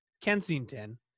Kensington